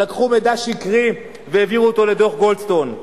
שלקחו מידע שקרי והעבירו אותו לגולדסטון.